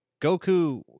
goku